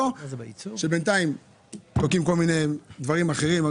ובינתיים קורים כל מיני דברים אחרים,